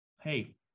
hey